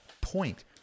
point